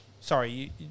Sorry